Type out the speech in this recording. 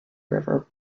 river